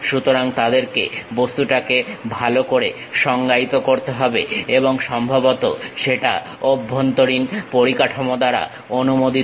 সুতরাং তাদেরকে বস্তুটাকে ভালো করে সংজ্ঞায়িত করতে হবে এবং সম্ভবত সেটা অভ্যন্তরীণ পরিকাঠামো দ্বারা অনুমোদিত